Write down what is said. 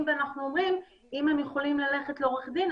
ואומרים שאם הם יכולים ללכת לעורך דין,